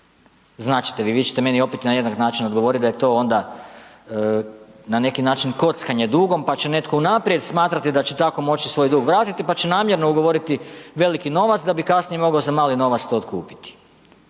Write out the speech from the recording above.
znat ćete vi, vi ćete meni opet na jednak način odgovorit da je to onda na neki način kockanje dugom pa će netko unaprijed smatrati da će tako moći svoj dug vratiti pa će namjerno ugovoriti veliki novac da bi kasnije mogao za mali novac to otkupiti.